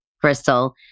Crystal